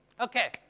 Okay